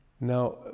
Now